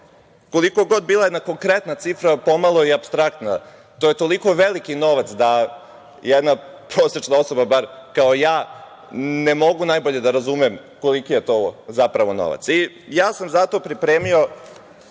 koliko god bila jedna konkretna cifra, pomalo i apstraktna. To je toliko veliki novac da jedna prosečna osoba, bar kao ja, ne mogu najbolje da razumem koliki je to, zapravo, novac. Zato sam pripremio,